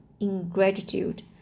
ingratitude